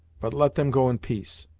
but let them go in peace,